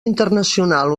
internacional